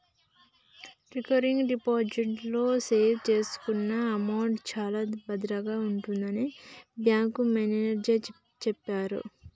recurring deposit లో save చేసుకున్న amount చాలా భద్రంగా ఉంటుందని బ్యాంకు మేనేజరు చెప్పిర్రు